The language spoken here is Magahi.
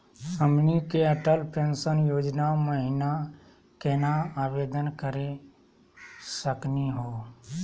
हमनी के अटल पेंसन योजना महिना केना आवेदन करे सकनी हो?